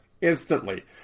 instantly